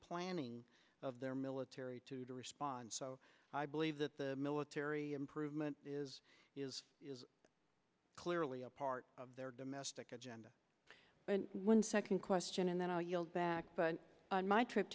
planning of their military to to respond so i believe that the military improvement is clearly a part of their domestic agenda but one second question and then i'll yield back but on my trip